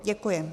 Děkuji.